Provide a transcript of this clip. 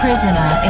Prisoner